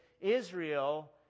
Israel